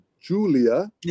Julia